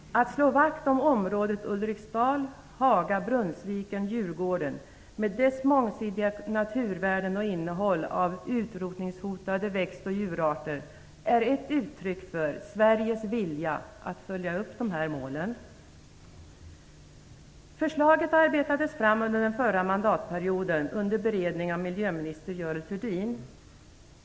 Att slå vakt om området Ulriksdal-Haga-Brunnsviken-Djurgården, med dess mångsidiga naturvärden och innehåll av utrotningshotade växt och djurarter, är ett uttryck för Sveriges vilja att följa upp dessa mål. Förslaget arbetades fram under den förra mandatperioden under beredning av miljöminister Görel Thurdin.